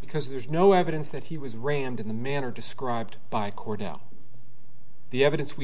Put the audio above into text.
because there's no evidence that he was rammed in the manner described by kordell the evidence we